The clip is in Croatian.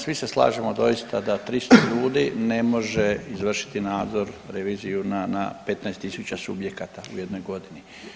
Svi se slažemo doista da 300 ljudi ne može izvršiti nadzor, reviziju na 15000 subjekata u jednoj godini.